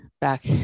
back